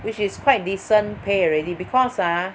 which is quite decent pay already because ah